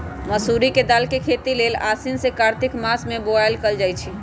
मसूरी के दाल के खेती लेल आसीन से कार्तिक मास में बोआई कएल जाइ छइ